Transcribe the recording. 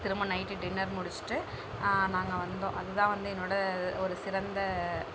திரும்ப night dinner முடிச்சிட்டு நாங்கள் வந்தோம் அதுதான் வந்து என்னோட ஒரு சிறந்த